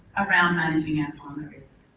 around managing our primaries.